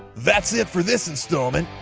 that's it for this installment.